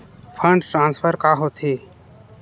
Fund transfer का होथे?